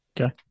Okay